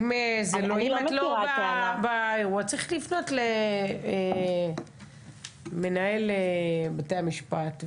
אם את לא באירוע צריך לפנות למנהל בתי המשפט,